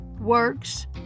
works